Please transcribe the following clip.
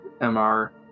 m-r